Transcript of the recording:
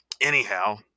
anyhow